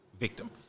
victim